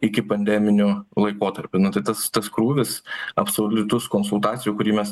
iki pandeminiu laikotarpiu nu tai tas tas krūvis absoliutus konsultacijų kurį mes